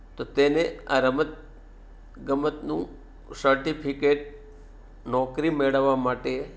તો તેને આ રમત ગમતનું સર્ટિફિકેટ નોકરી મેળવવા માટે